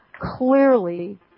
clearly